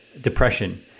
depression